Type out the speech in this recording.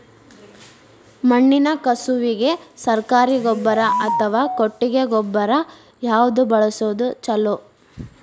ಮಣ್ಣಿನ ಕಸುವಿಗೆ ಸರಕಾರಿ ಗೊಬ್ಬರ ಅಥವಾ ಕೊಟ್ಟಿಗೆ ಗೊಬ್ಬರ ಯಾವ್ದು ಬಳಸುವುದು ಛಲೋ?